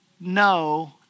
no